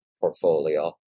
portfolio